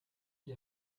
gli